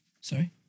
Sorry